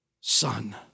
son